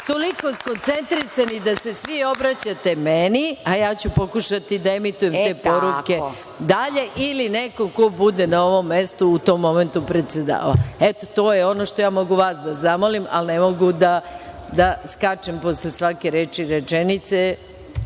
skoncentrisani da se svi obraćate meni, a ja ću pokušati da emitujem te poruke dalje ili nekom ko bude na ovom mestu u tom momentu predsedavao. To je ono što ja mogu vas da zamolim, ali ne mogu da skačem posle svake reči i rečenice.